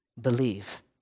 believe